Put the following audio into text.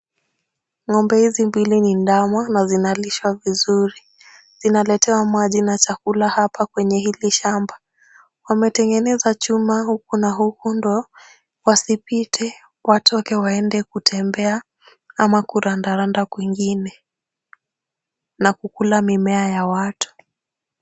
Ng'ombe hizi mbili ni ndama na zinalishwa vizuri. Zinaletewa maji na chakula hapa kwenye hili shamba. Wametengeneza chuma huku na huku ndio wasipite watoke waende kutembea, ama kurandaranda kwingine na kukula mimea ya watu.